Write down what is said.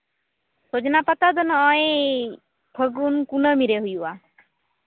ᱥᱚᱡᱱᱟ ᱯᱟᱛᱟ ᱫᱚ ᱱᱚᱜᱼᱚᱭ ᱯᱷᱟᱹᱜᱩᱱ ᱠᱩᱱᱟᱹᱢᱤ ᱨᱮ ᱦᱩᱭᱩᱜᱼᱟ